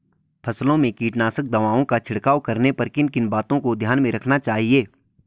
फसलों में कीटनाशक दवाओं का छिड़काव करने पर किन किन बातों को ध्यान में रखना चाहिए?